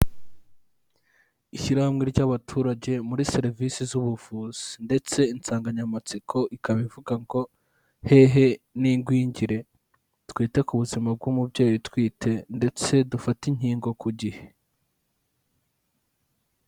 Ishyirahamwe ry'abaturage muri serivisi z'ubuvuzi, ndetse insanganyamatsiko ikaba ivuga ngo hehe n'ingwingire, twite ku buzima bw'umubyeyi utwite ndetse dufate inkingo ku gihe.